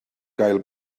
gael